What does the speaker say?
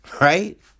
Right